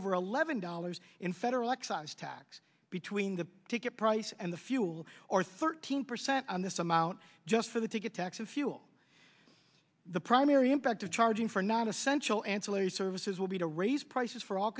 over eleven dollars in federal excise tax between the ticket price and the fuel or thirteen percent on this amount just for the ticket tax and fuel the primary impact of charging for non essential ancillary services will be to raise prices for all